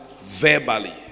verbally